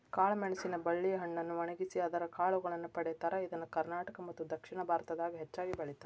ಕಾಳಮೆಣಸಿನ ಬಳ್ಳಿಯ ಹಣ್ಣನ್ನು ಒಣಗಿಸಿ ಅದರ ಕಾಳುಗಳನ್ನ ಪಡೇತಾರ, ಇದನ್ನ ಕರ್ನಾಟಕ ಮತ್ತದಕ್ಷಿಣ ಭಾರತದಾಗ ಹೆಚ್ಚಾಗಿ ಬೆಳೇತಾರ